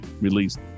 released